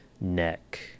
neck